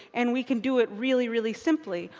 and we can do it really, really simply.